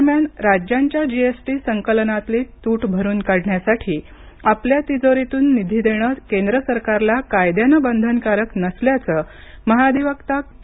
दरम्यान राज्यांच्या जीएसटी संकलनातली तूट भरुन काढण्यासाठी आपल्या तिजोरीतून निधी देणं केंद्र सरकारला कायद्यानं बंधनकारक नसल्याचं महाधिवक्ता के